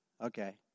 okay